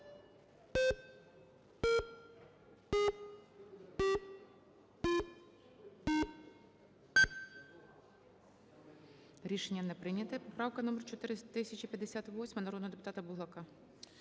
Рішення не прийнято. Поправка номер 4063, народного депутата Давиденка.